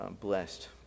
blessed